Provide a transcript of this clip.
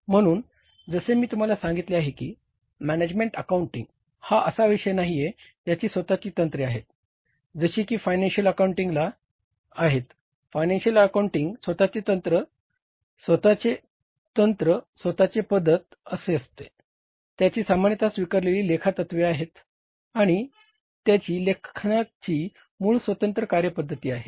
म्हणून जसे मी तुम्हाला सांगितले आहे की मॅनेजमेंट अकाउंटिंग आहेत आणि त्याची लेखांकनाची मूळ स्वतंत्र कार्यपद्धती आहे